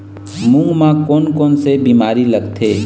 मूंग म कोन कोन से बीमारी लगथे?